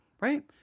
Right